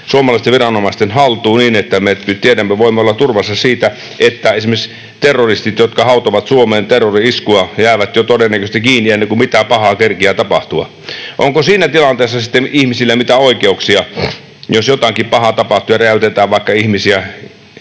suomalaisten viranomaisten haltuun, niin että me tiedämme ja voimme olla turvassa siitä, että esimerkiksi terroristit, jotka hautovat Suomeen terrori-iskua, jäävät todennäköisesti kiinni jo ennen kuin mitään pahaa kerkiää tapahtua. Onko siinä tilanteessa sitten ihmisillä mitään oikeuksia, jos jotakin pahaa tapahtuu ja räjäytetään joku pommi